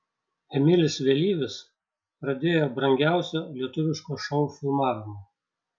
emilis vėlyvis pradėjo brangiausio lietuviško šou filmavimą